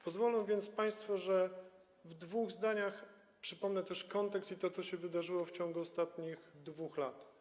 Pozwolą więc państwo, że w dwóch zdaniach przypomnę też kontekst i to, co się wydarzyło w ciągu ostatnich 2 lat.